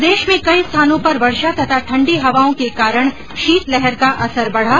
प्रदेश में कई स्थानों पर वर्षा तथा ठंडी हवाओं के कारण शीत लहर का असर बढ़ा